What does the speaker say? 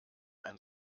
ein